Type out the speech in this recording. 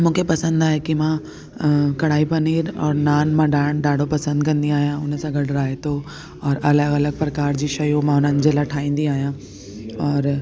मूंखे पसंदि आहे की मां कढ़ाई पनीर और नान मां ॾाढो पसंदि कंदी आहियां उनसां गॾु रायतो और अ अलगि प्रकार जी शयूं मां उन्हनि जे लाई ठाहींदी आहियां और